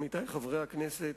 עמיתי חברי הכנסת,